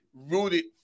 rooted